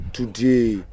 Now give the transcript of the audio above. today